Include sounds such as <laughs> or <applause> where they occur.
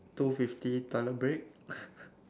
two fifty toilet break <laughs>